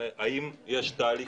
האם יש תהליך